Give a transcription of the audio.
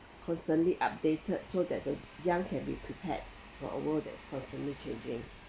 constantly updated so that the young can be prepared for a world that's constantly changing